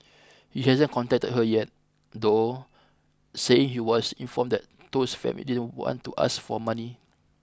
he hasn't contacted her yet though saying he was informed that Toh's family didn't want to ask for money